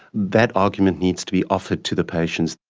that argument needs to be offered to the patients.